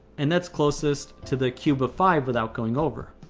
and that's closest to the cube of five without going over.